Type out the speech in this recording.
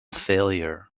failure